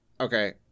okay